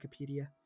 Wikipedia